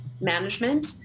management